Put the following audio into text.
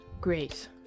great